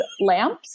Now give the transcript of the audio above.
lamps